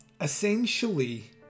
essentially